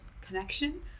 connection